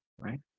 right